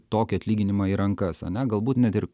tokį atlyginimą į rankas ane galbūt net ir